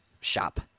shop